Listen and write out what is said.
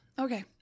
Okay